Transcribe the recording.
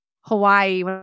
Hawaii